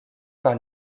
par